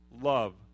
love